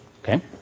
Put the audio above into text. Okay